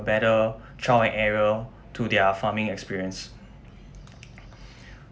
better trial and error to their farming experience